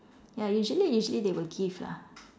ya usually usually they will give lah